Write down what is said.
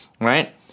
right